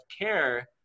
care